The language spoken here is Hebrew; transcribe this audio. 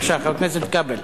בבקשה, חבר הכנסת כבל.